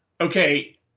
okay